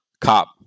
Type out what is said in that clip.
cop